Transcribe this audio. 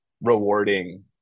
rewarding